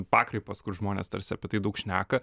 pakraipos kur žmonės tarsi apie tai daug šneka